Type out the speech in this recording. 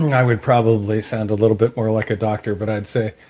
i would probably sound a little bit more like a doctor, but i'd say,